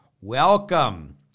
Welcome